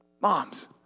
Moms